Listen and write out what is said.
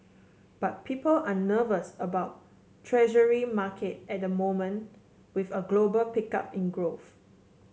but people are nervous about Treasury market at the moment with a global pickup in growth